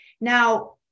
Now